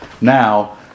now